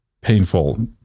painful